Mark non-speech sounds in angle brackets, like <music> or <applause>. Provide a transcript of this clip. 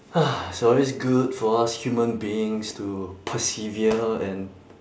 <breath> it's always good for us human beings to persevere and